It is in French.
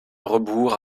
rebours